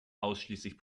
ausschließlich